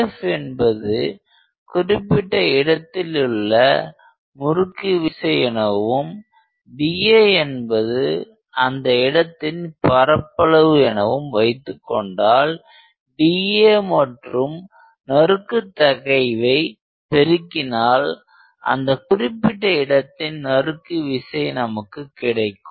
dF என்பது குறிப்பிட்ட இடத்திலுள்ள முறுக்கு விசை எனவும் dA என்பது அந்த இடத்தின் பரப்பளவு எனவும் வைத்துக்கொண்டால் dA மற்றும் நறுக்கு தகைவை பெருக்கினால் அந்த குறிப்பிட்ட இடத்தின் நறுக்கி விசை நமக்கு கிடைக்கும்